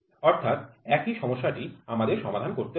অর্থাৎ একই সমস্যাটি আমাদের সমাধান করতে হবে